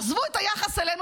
עזבו את היחס אלינו,